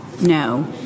no